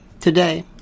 today